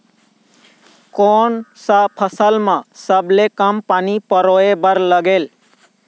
कोन सा फसल मा सबले कम पानी परोए बर लगेल?